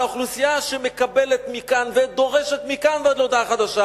על האוכלוסייה שמקבלת מכאן ודורשת מכאן ועד להודעה חדשה.